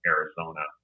Arizona